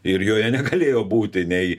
ir joje negalėjo būti nei